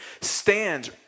stands